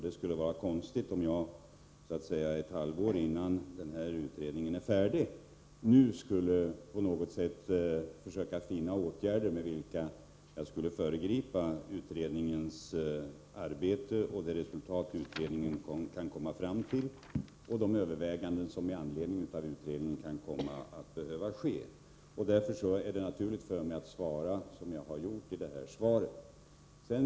Det skulle vara konstigt om jag nu, ett halvår innan utredningen är färdig, på något sätt skulle försöka finna åtgärder med vilka jag skulle föregripa utredningens arbete, det resultat som den kan komma fram till och de överväganden som med anledning av utredningen kan behöva göras. Därför är det naturligt för mig att svara som jag har gjort i svaret.